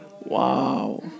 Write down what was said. wow